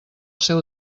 seu